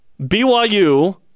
BYU